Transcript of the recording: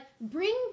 bring